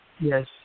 yes